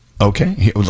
Okay